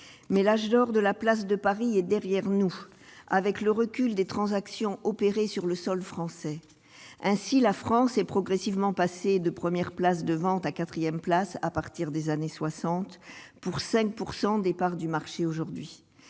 mais l'âge d'or de la place de Paris est derrière nous, avec le recul des transactions opérées sur le sol français, ainsi, la France est progressivement passé de premières, places de vente à 4ème place à partir des années 60 pour 5 pourcent des parts du marché aujourd'hui,